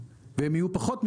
והם יהיו פחות מ-360.